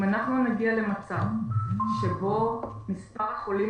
אם אנחנו נגיע למצב שבו מספר החולים